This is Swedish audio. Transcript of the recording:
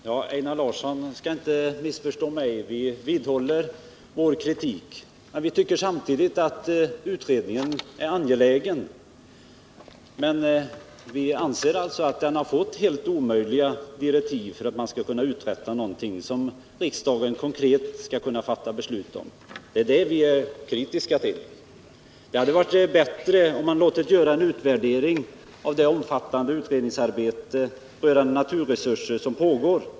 Herr talman! Einar Larsson skall inte missförstå mig. Även om vi vidhåller vår kritik, tycker vi att utredningen är angelägen. Vi anser alltså att den har fått helt orimliga direktiv för framläggande av en produkt som riksdagen konkret skall kunna ta ställning till. Det är det vi är kritiska till. Det hade varit bättre om man hade låtit göra en utvärdering av det omfattande utredningsarbete som pågår på naturresursområdet.